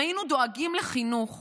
אם היינו דואגים לחינוך